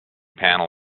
panel